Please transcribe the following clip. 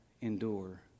endure